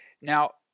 Now